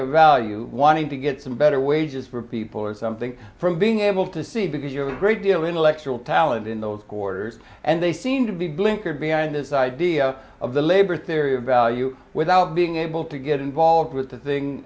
of value wanting to get some better wages for people or something from being able to see because you're a great deal intellectual talent in those quarters and they seem to be blinkered behind this idea of the labor theory of value without being able to get involved with the thing